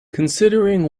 considering